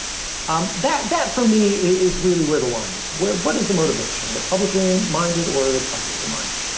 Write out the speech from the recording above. um that that for me is really where the line is what is the motivation, are they publicly and minded or are they privately minded?